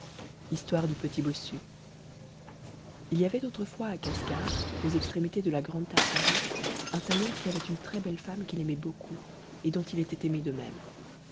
histoire du petit bossu il y avait autrefois à casgar aux extrémités de la grandetartarie un tailleur qui avait une très-belle femme qu'il aimait beaucoup et dont il était aimé